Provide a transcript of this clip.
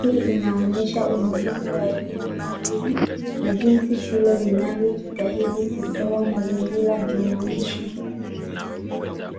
Hii inaonyesha umuhimu wa elimu maalum, na jinsi shule zinavyojitahidi kutoa mazingira jumuishi.